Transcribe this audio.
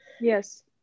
yes